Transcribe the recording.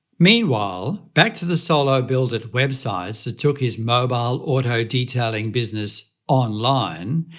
meanwhile, back to the solo build it! websites took his mobile auto detailing business online,